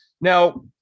Now